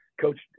Coach